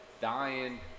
dying